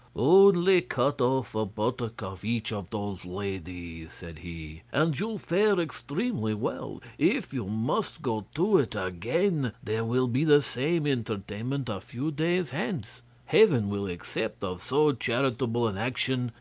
only cut off a buttock of each of those ladies said he, and you'll fare extremely well if you must go to it again, there will be the same entertainment a few days hence heaven will accept of so charitable an action,